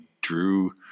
drew